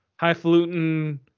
highfalutin